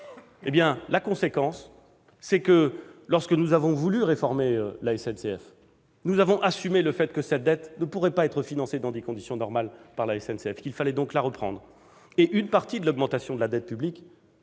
En conséquence, lorsque nous avons voulu réformer la SNCF, nous avons assumé le fait que cette dette ne pourrait pas être financée dans des conditions normales par la SNCF et qu'il fallait donc la reprendre. Une partie de l'augmentation de la dette publique